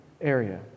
area